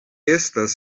estas